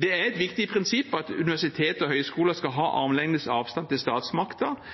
Det er et viktig prinsipp at universiteter og høyskoler skal ha